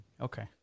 Okay